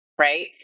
right